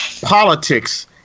politics